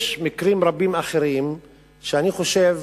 יש מקרים רבים אחרים שאני חושב